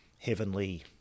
heavenly